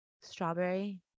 strawberry